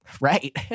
Right